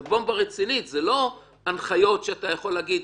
זה "בומבה" רצינית, זה לא הנחיות שאתה יכול להגיד: